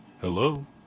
Hello